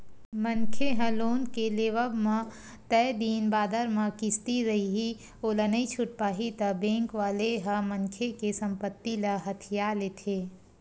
मनखे ह लोन के लेवब म तय दिन बादर म किस्ती रइही ओला नइ छूट पाही ता बेंक वाले ह मनखे के संपत्ति ल हथिया लेथे